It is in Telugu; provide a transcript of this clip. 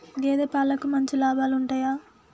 గేదే పాలకి మంచి లాభాలు ఉంటయా?